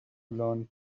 learn